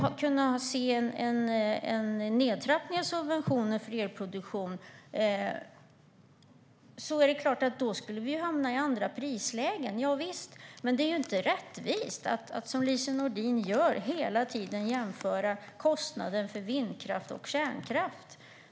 Vid en nedtrappning av subventioner för elproduktion är det klart att vi hamnar i andra prislägen - javisst. Men det är ju inte rättvist att, som Lise Nordin gör, hela tiden jämföra kostnaden för vindkraft och kostnaden för kärnkraft.